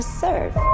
serve